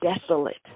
desolate